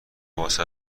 واست